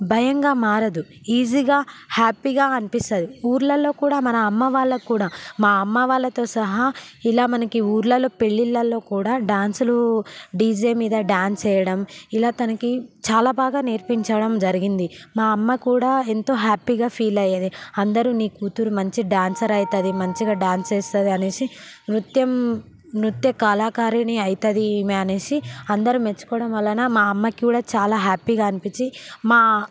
భయంగా మారదు ఈజీగా హ్యాపీగా అనిపిసస్తుంది ఊర్లలో కూడా మన అమ్మ వాళ్ళ కూడా మా అమ్మ వాళ్ళతో సహా ఇలా మనకి ఊర్లలో పెళ్లిళ్లలో కూడా డ్యాన్సులు డీజే మీద డ్యాన్స్ వేయడం ఇలా తనకి చాలా బాగా నేర్పించడం జరిగింది మా అమ్మ కూడా ఎంతో హ్యాపీగా ఫీల్ అయ్యేది అందరూ నీ కూతురు మంచి డ్యాన్సర్ అవుతుంది మంచిగా డ్యాన్స్ చేస్తుంది అనేసి నృత్యం నృత్య కళాకారుని అవుతుంది ఈమె అనేసి అందరు మెచ్చుకోవడం వలన మా అమ్మకి కూడా చాలా హ్యాపీగా అనిపించి మా